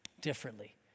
differently